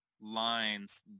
lines